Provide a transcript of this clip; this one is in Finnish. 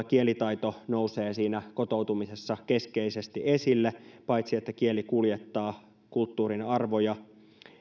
kielitaito todella nousee siinä kotoutumisessa keskeisesti esille paitsi että kieli kuljettaa kulttuurin arvoja